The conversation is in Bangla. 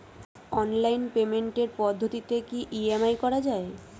অনলাইন পেমেন্টের পদ্ধতিতে কি ই.এম.আই করা যায়?